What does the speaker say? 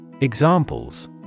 Examples